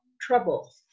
trouble